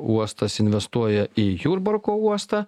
uostas investuoja į jurbarko uostą